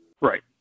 Right